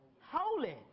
Holy